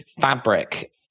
fabric